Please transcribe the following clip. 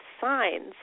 signs